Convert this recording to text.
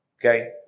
Okay